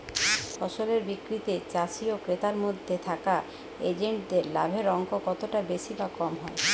ফসলের বিক্রিতে চাষী ও ক্রেতার মধ্যে থাকা এজেন্টদের লাভের অঙ্ক কতটা বেশি বা কম হয়?